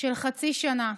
של חצי שנה.